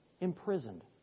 Imprisoned